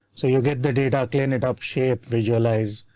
so you get the data, clean it up, shape, visualize.